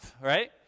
right